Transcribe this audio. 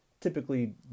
typically